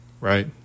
right